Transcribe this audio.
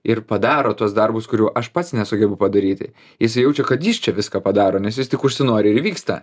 ir padaro tuos darbus kurių aš pats nesugebu padaryti jisai jaučia kad jis čia viską padaro nes jis tik užsinori ir įvyksta